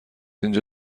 اینجا